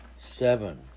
seven